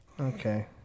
Okay